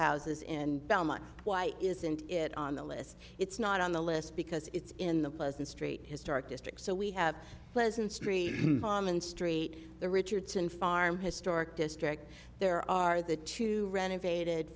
houses in belmont why isn't it on the list it's not on the list because it's in the pleasant street historic district so we have pleasant street in st the richardson farm historic district there are the two renovated